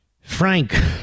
Frank